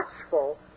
watchful